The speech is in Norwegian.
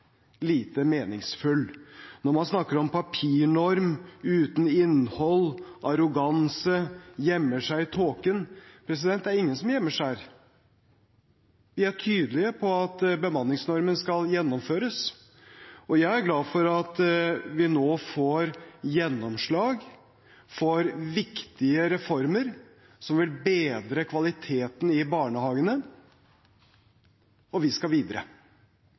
lite meningsfull. Man snakker om papirnorm uten innhold, arroganse, at man gjemmer seg i tåken – det er ingen som gjemmer seg her. Vi er tydelige på at bemanningsnormen skal gjennomføres. Jeg er glad for at vi nå får gjennomslag for viktige reformer som vil bedre kvaliteten i barnehagene. Og vi skal videre.